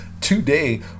today